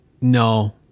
No